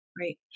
Right